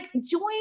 join